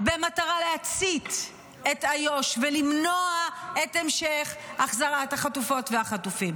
במטרה להצית את איו"ש ולמנוע את המשך החזרת החטופות והחטופים,